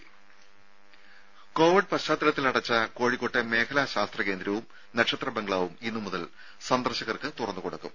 ദ്ദേ കോവിഡ് പശ്ചാത്തലത്തിൽ അടച്ച കോഴിക്കോട്ടെ മേഖലാ ശാസ്ത്ര കേന്ദ്രവും നക്ഷത്ര ബംഗ്ലാവും ഇന്നുമുതൽ സന്ദർശകർക്ക് തുറന്നുകൊടുക്കും